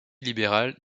libéral